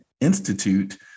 institute